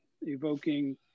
evoking